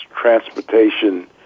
transportation